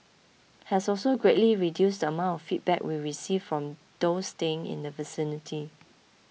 has also greatly reduced the amount of feedback we received from those staying in the vicinity